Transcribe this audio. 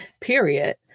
Period